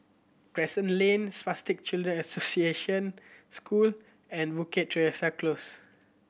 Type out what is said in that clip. Crescent Lane Spastic Children Association School and Bukit Teresa Close